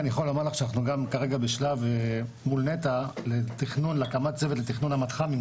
אני יכול לומר שאנחנו כרגע בשלב מול נת"ע של הקמת צוות לתכנון המתחם,